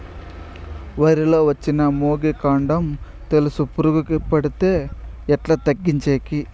వరి లో వచ్చిన మొగి, కాండం తెలుసు పురుగుకు పడితే ఎట్లా తగ్గించేకి?